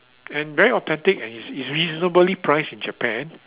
and very authentic and is is reasonably priced in Japan